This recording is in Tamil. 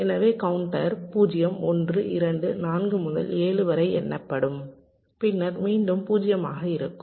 எனவே கவுண்டர் 0 1 2 4 முதல் 7 வரை எண்ணப்படும் பின்னர் மீண்டும் 0 ஆக இருக்கும்